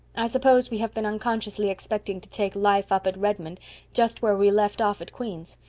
i suppose we have been unconsciously expecting to take life up at redmond just where we left off at queen's,